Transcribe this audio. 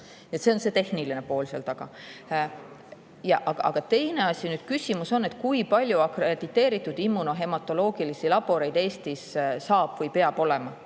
See on tehniline pool seal taga. Aga teine asi nüüd: küsimus on, et kui palju akrediteeritud immunohematoloogilisi laboreid Eestis saab või peab olema.